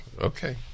Okay